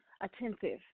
attentive